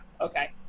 Okay